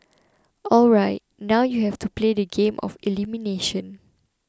alright now you have to play the game of elimination